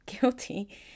guilty